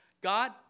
God